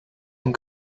and